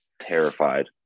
terrified